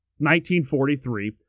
1943